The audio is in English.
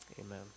Amen